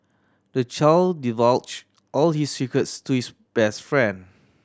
the child divulge all his secrets to his best friend